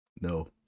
No